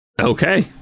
Okay